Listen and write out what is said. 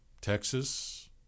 Texas